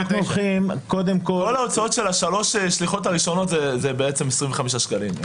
כל ההוצאות של שלוש השליחות הראשונות זה בעצם 26-25 שקלים.